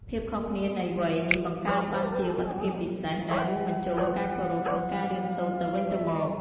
ភាពខុសគ្នានៃវ័យនេះបង្កើតបានជាមិត្តភាពពិសេស ដែលរួមបញ្ចូលការគោរព និងការរៀនសូត្រទៅវិញទៅមក។